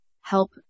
help